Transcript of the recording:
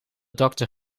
dokter